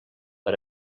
per